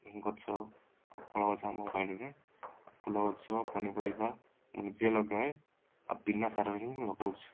ଗଛ ଫଳ ଗଛ ଆମ ବାଡ଼ିରେ ଫୁଲ ଗଛ ପନିପରିବା ମୁଁ ନିଜେ ଲଗାଏ ଆଉ ବିନା ସାରରେ ହିଁ ମୁଁ ଲଗାଉଛି